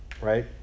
right